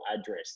address